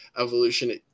evolution